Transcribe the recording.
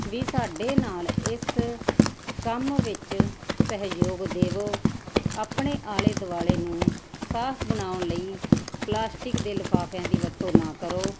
ਵੀ ਸਾਡੇ ਨਾਲ ਇਸ ਕੰਮ ਵਿੱਚ ਸਹਿਯੋਗ ਦੇਵੋ ਆਪਣੇ ਆਲੇ ਦੁਆਲੇ ਨੂੰ ਸਾਫ ਬਣਾਉਣ ਲਈ ਪਲਾਸਟਿਕ ਦੇ ਲਿਫਾਫਿਆਂ ਦੀ ਵਰਤੋਂ ਨਾ ਕਰੋ